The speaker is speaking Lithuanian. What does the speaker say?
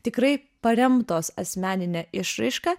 tikrai paremtos asmenine išraiška